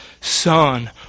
Son